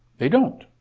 they don't.